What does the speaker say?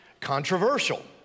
controversial